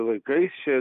laikais ir